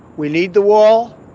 we need the wall.